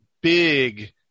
big